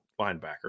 linebacker